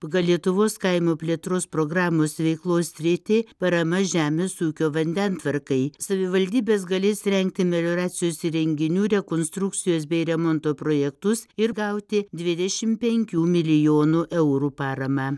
pagal lietuvos kaimo plėtros programos veiklos sritį parama žemės ūkio vandentvarkai savivaldybės galės rengti melioracijos įrenginių rekonstrukcijos bei remonto projektus ir gauti dvidešimt penkių milijonų eurų paramą